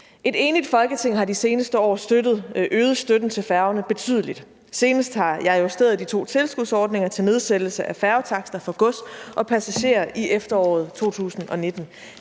Et enigt Folketing har de seneste år øget støtten til færgerne betydeligt. Senest har jeg i efteråret 2019 justeret de to tilskudsordninger til nedsættelse af færgetakster for gods og passagerer. Det var